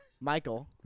Michael